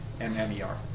M-M-E-R